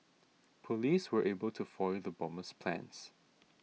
police were able to foil the bomber's plans